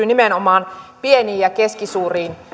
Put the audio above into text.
nimenomaan pieniin ja keskisuuriin